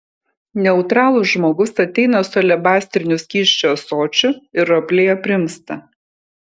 neutralų žmogus ateina su alebastriniu skysčio ąsočiu ir ropliai aprimsta